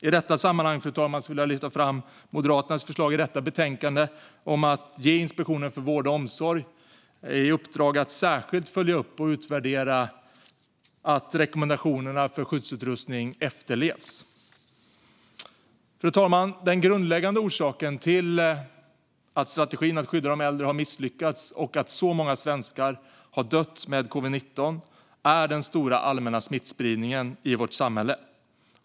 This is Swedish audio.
I detta sammanhang vill jag lyfta fram Moderaternas förslag i detta betänkande om att ge Inspektionen för vård och omsorg i uppdrag att särskilt följa upp och utvärdera att rekommendationerna för skyddsutrustning efterlevs. Fru talman! Den grundläggande orsaken till att strategin att skydde de äldre har misslyckats och till att så många svenskar har dött med covid-19 är den stora allmänna smittspridningen i vårt samhälle.